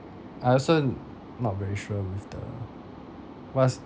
I also not very sure with the what's